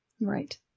Right